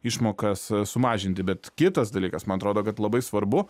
išmokas sumažinti bet kitas dalykas man atrodo kad labai svarbu